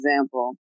example